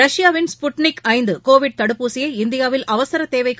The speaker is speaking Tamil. ரஷ்யாவின் ஸ்புட்னிக் ஐந்து கோவிட் தடுப்பூசியை இந்தியாவில் அவசர தேவைக்கு